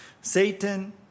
Satan